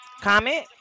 Comment